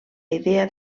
idea